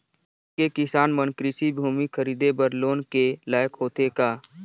छोटके किसान मन कृषि भूमि खरीदे बर लोन के लायक होथे का?